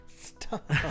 Stop